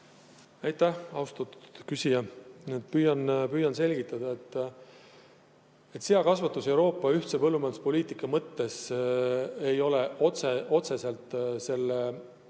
Aitäh, austatud küsija! Püüan selgitada. Seakasvatus Euroopa ühise põllumajanduspoliitika mõttes ei ole otseselt selle